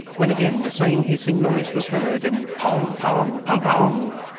when again the same hissing noise was heard, and, pong! pong! pong! pong!